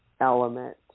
element